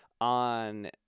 on